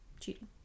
cheating